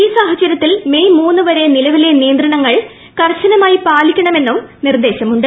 ഈ സാഹചര്യത്തിൽ മെയ് മൂന്ന് വരെ നിലവിലെ നിയന്ത്രണങ്ങൾ കർശനമായി പാലിക്കണമെന്നും നിർദ്ദേശമുണ്ട്